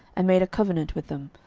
and made a covenant with them,